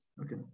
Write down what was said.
Okay